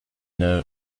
know